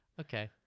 Okay